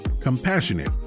compassionate